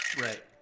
Right